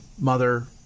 mother